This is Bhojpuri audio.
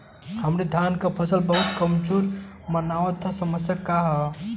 हमरे धान क फसल बहुत कमजोर मनावत ह समस्या का ह?